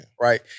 right